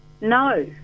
No